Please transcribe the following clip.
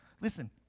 listen